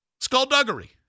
skullduggery